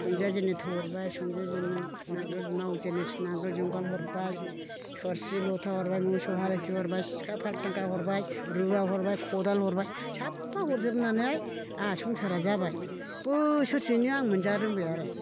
संजाजेननो थौ हरबाय मावजेननो नांगोल जुंगाल हरबाय थोरसि लथा हरबाय मोसौ हालिसे हरबाय सिखा फालथांगा हरबाय रुवा हरबाय खदाल हरबाय साफ्फा हरजोबनानै आंहा संसारा जाबाय बोसोरसेनो आंहा मोनजारोंबाय आरो